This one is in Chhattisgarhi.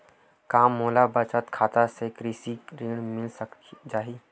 का मोला बचत खाता से ही कृषि ऋण मिल जाहि?